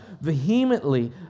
vehemently